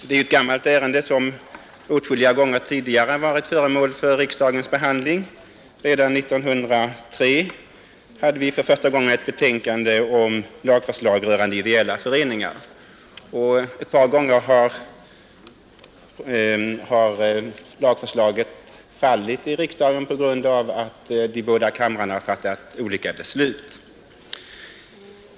Detta är ett gammalt ärende, som åtskilliga gånger tidigare har varit föremål för riksdagens behandling. Redan 1903 behandlades för första gången ett betänkande om lagförslag rörande ideella föreningar, och ett par gånger har lagförslag i ärendet fallit i riksdagen på grund av att de båda kamrarna fattat olika beslut.